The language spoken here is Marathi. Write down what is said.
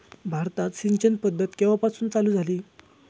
भारतात सिंचन पद्धत केवापासून चालू झाली?